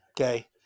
okay